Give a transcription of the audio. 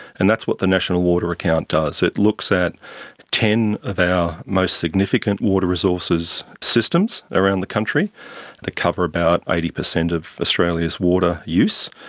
and that's what the national water account does. it looks at ten of our most significant water resources systems around the country that cover about eighty percent of australia's water use,